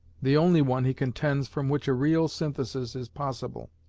the only one, he contends, from which a real synthesis is possible.